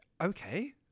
Okay